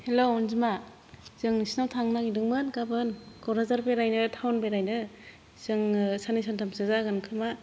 hello अनजिमा जों नोंसोरनाव थांनो नागिरदोंमोन गाबोन क'क्राझार बेरायनो टाउन बेरायनो जोङो साननै सानथामसो जागोन खोमा